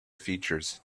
features